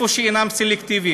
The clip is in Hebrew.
איפה שהם אינם סלקטיביים,